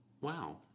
Wow